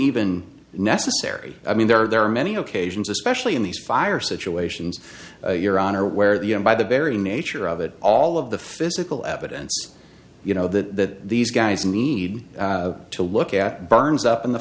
even necessary i mean there are there are many occasions especially in these fire situations your honor where the you know by the very nature of it all of the physical evidence you know that these guys need to look at burns in the